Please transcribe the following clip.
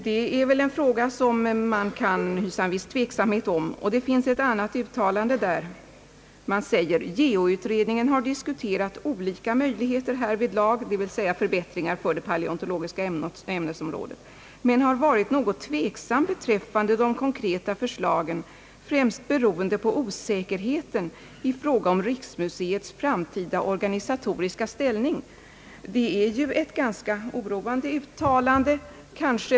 Det är väl en fråga beträffande vilken man kan hysa en viss tveksamhet; Det finns också ett annat uttalande av utredningen, där det heter: »Geoutredningen har diskuterat olika möjligheter härvidlag» — dvs. beträffande förbättringar på det paleontologiska ämnesområdet — »men har varit något tveksam beträffande de konkreta förslagen, främst beroende på osäkerheten i fråga om Riksmuseets framtida organisatoriska ställning.» Detta är ju ett ganska oroande uttalande.